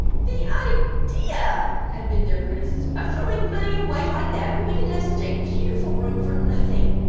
the idea! had been their criticism, of throwing money away like that when we can have such a beautiful room for nothing.